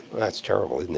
that's terrible,